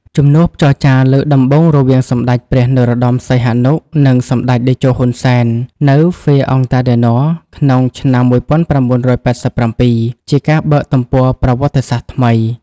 ជំនួបចរចាលើកដំបូងរវាងសម្តេចព្រះ នរោត្តម សីហនុ និងសម្តេចតេជោ ហ៊ុន សែន នៅ Fère-en-Tardenois ក្នុងឆ្នាំ ១៩៨៧ ជាការបើកទំព័រប្រវត្តិសាស្ត្រថ្មី។